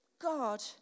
God